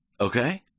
Okay